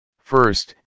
First